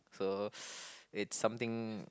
so it's something